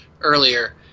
earlier